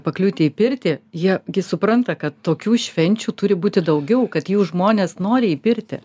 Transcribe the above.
pakliūti į pirtį jie gi supranta kad tokių švenčių turi būti daugiau kad jų žmonės nori į pirtį